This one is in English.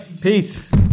Peace